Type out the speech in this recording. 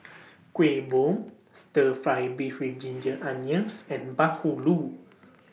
Kuih Bom Stir Fry Beef with Ginger Onions and Bahulu